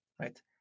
right